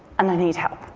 and i need help.